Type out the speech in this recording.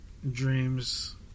dreams